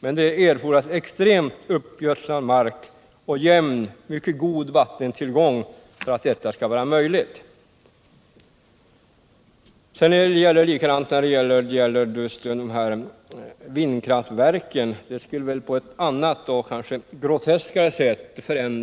Men det erfordras extremt uppgödslad mark och jämn, mycket god vattentillgång för att detta skall vara möjligt. Förändringarna av miljön är något som också gäller för vindkraftverken. Landskapsbilden skulle förändras på ett annat och kanske groteskare sätt om man på